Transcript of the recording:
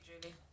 Julie